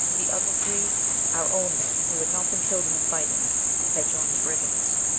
the other three our own men who had not been killed in the fighting had joined the brigands.